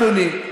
אדוני,